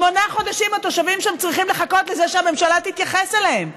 שמונה חודשים התושבים שם צריכים לחכות לזה שהממשלה תתייחס אליהם.